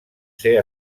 ser